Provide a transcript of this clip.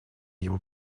его